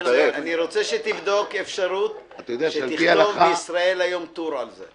אני רוצה שתבדוק אפשרות לכתוב ב'ישראל היום' טור על זה.